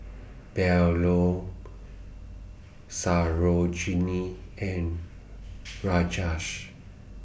Bellur Sarojini and Rajesh